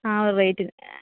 ആ റേറ്റ്